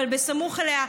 אבל בסמוך אליה,